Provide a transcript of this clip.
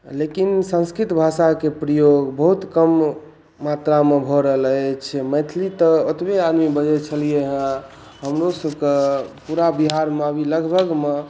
लेकिन संस्कृत भाषाके प्रयोग बहुत कम मात्रामे भऽ रहल अछि मैथिली तऽ एतबे आदमी बजै छलिए हँ हमरोसबके पूरा बिहारमे आब ई लगभगमे